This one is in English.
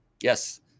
Yes